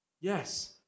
Yes